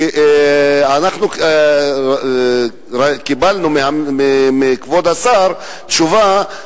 כי אנחנו קיבלנו מכבוד השר תשובה,